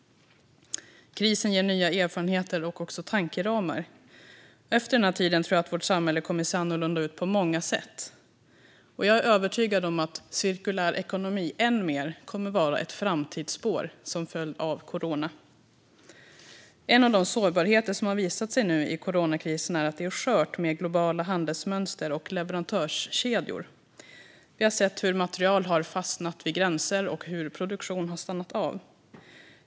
Krisen ger nya erfarenheter och tankeramar. Efter den här krisen tror jag att vårt samhälle kommer att se annorlunda ut på många sätt, och jag är övertygad om att cirkulär ekonomi än mer kommer att vara ett framtidsspår, som följd av coronaviruset. En av de sårbarheter som har visat sig är att det är skört med globala handelsmönster och leverantörskedjor. Vi har sett hur material har fastnat vid gränser och hur produktion har stannat av.